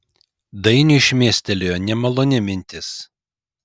dainiui šmėstelėjo nemaloni mintis